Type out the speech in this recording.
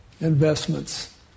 investments